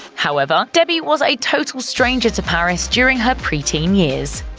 however, debbie was a total stranger to paris during her pre-teen years.